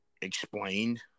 explained